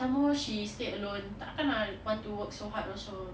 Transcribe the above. some more she stay alone tak akan lah want to work so hard also